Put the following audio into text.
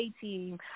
team